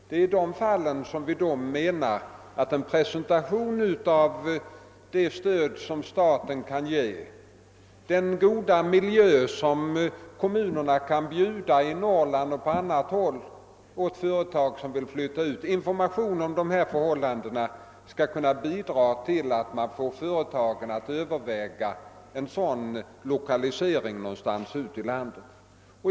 Det är i sådana fall som vi anser att en presentation av det stöd som staten kan ge och den goda miljö som kommunerna kan bjuda i Norrland och på andra håll åt företag som vill flytta ut skall kunna bidraga till att företagen överväger en lokalisering ut i landet.